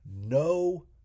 no